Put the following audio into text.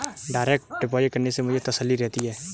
direct deposit करने से मुझे तसल्ली रहती है